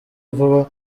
vuba